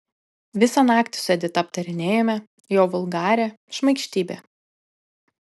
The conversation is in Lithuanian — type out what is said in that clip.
visą naktį su edita aptarinėjome jo vulgarią šmaikštybę